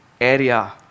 area